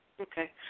Okay